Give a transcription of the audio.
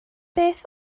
beth